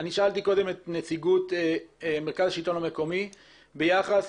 שאלתי קודם את נציגות מרכז השלטון המקומי ביחס